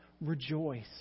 rejoice